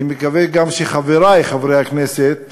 אני מקווה גם שחברי חברי הכנסת